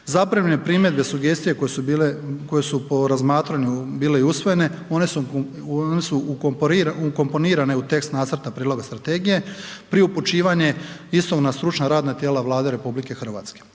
Zaprimljene primjedbe i sugestije koje su bile, koje su po razmatranju bile i usvojene one su ukomponirane u tekst nacrta prijedloga strategije pri upućivanju istog na stručna radna tijela Vlade RH.